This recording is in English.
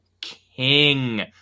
king